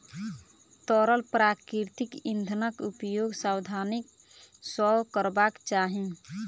तरल प्राकृतिक इंधनक उपयोग सावधानी सॅ करबाक चाही